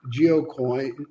GeoCoin